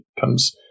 comes